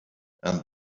and